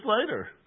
later